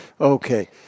Okay